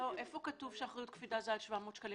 איפה כתוב שאחריות קפידה, הקנס הוא עד 700 שקלים?